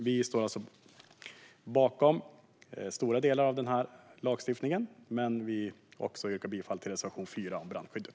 Vi står alltså bakom stora delar av denna lagstiftning. Men jag yrkar bifall till reservation 3 om brandskyddet.